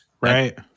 right